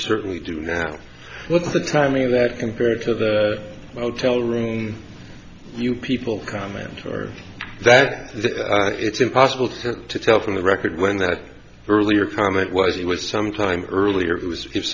certainly do now with the timing that compared to the hotel room you people comment that it's impossible to tell from the record when that earlier comment was he was sometime earlier i